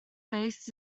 base